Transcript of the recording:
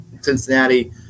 Cincinnati